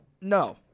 No